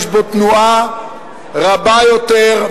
יש בו תנועה רבה יותר,